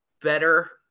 better